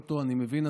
אני מבין,